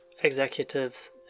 executives